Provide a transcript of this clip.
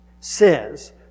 says